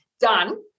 done